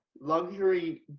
luxury